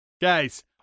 Guys